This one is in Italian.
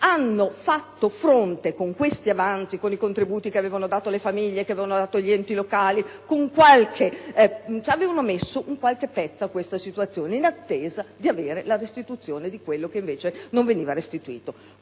hanno fatto fronte ai tagli con i contributi che avevano dato le famiglie e gli enti locali: avevano trovato un qualche rimedio a questa situazione in attesa di avere la restituzione di quello che invece non veniva restituito.